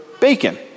bacon